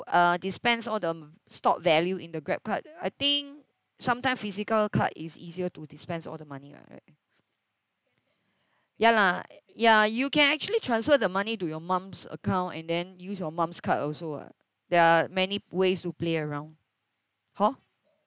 uh dispense all the stored value in the grab card I think sometimes physical card is easier to dispense all the money [what] right ya lah ya you can actually transfer the money to your mum's account and then use your mum's card also [what] there are many ways to play around hor